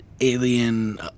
alien